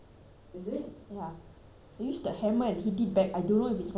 we use the hammer and hit it back I don't know if it's going to spoil I feel like it's going to spoil